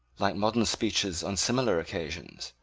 like modern speeches on similar occasions,